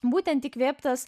būtent įkvėptas